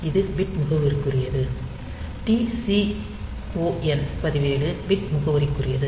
இது பிட் முகவரிக்குரியது TCON பதிவேடு பிட் முகவரிக்குரியது